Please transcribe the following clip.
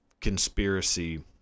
conspiracy